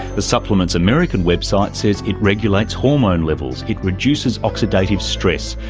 the supplement's american website says it regulates hormone levels, it reduces oxidative stress,